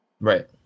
right